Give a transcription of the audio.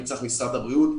אני צריך משרד הבריאות,